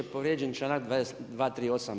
Povrijeđen članak 238.